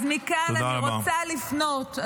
אז מכאן אני רוצה לפנות -- תודה רבה.